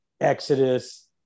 Exodus